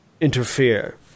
interfere